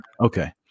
Okay